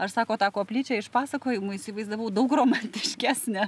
aš sako tą koplyčią iš pasakojimų įsivaizdavau daug romantiškesnę